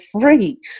free